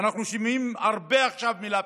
ואנחנו שומעים הרבה עכשיו את המילה פקיד,